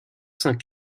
saint